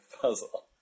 puzzle